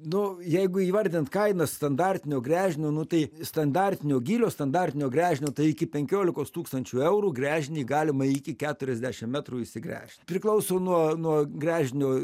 nu jeigu įvardint kainą standartinio gręžinio nu tai standartinio gylio standartinio gręžinio iki penkiolikos tūkstančių eurų gręžinį galima iki keturiasdešim metrų išsigręžt priklauso nuo nuo gręžinio